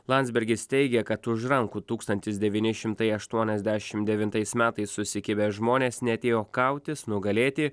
landsbergis teigia kad už rankų tūkstantis devyni šimtai aštuoniasdešim devintais metais susikibę žmonės neatėjo kautis nugalėti